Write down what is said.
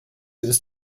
ist